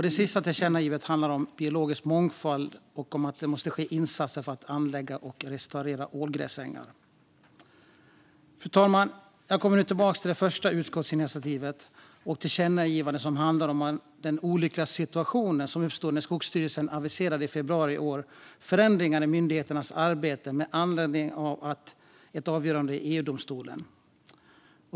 Det sista tillkännagivandet handlar om biologisk mångfald och om att det måste ske insatser för att anlägga och restaurera ålgräsängar. Fru talman! Jag kommer nu tillbaka till det första utskottsinitiativet och förslaget till tillkännagivande som handlar om den olyckliga situation som uppstod när Skogsstyrelsen i februari i år aviserade förändringar i myndighetens arbete med anledning av ett avgörande i EU-domstolen.